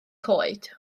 coed